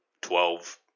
twelve